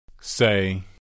Say